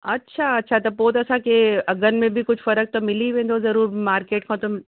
अछा अछा त पोइ त असांखे अघनि में बि कुझु फ़र्क़ु त मिली वेंदो ज़रूरु मार्केट खां त